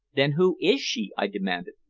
then who is she? i demanded.